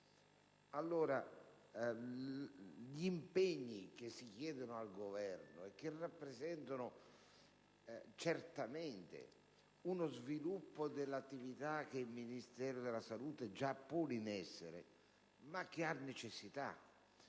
cento. Gli impegni che si chiedono al Governo rappresentano certamente uno sviluppo delle attività che il Ministero della salute già pone in essere; c'è però necessità